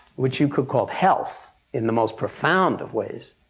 which you could call health in the most profound of ways,